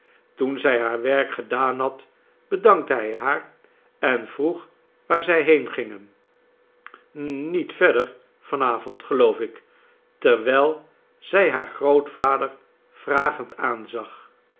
toen zij haar werk gedaan had bedankte hij haar en vroeg waar zij heen gingen n niet verder van avond geloof ik terwijl zij haar grootvader vragend aanzag